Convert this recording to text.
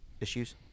issues